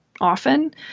often